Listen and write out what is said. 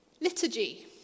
Liturgy